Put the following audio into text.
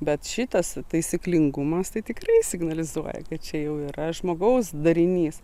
bet šitas taisyklingumas tai tikrai signalizuoja kad čia jau yra žmogaus darinys